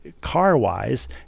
car-wise